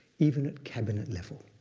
even at cabinet level.